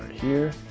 here.